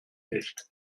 nicht